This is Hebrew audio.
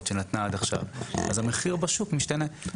שנתנה עד עכשיו אז המחיר בשוק משתנה,